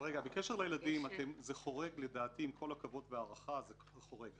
בקשר לילדים עם כל הכבוד וההערכה, זה חורג.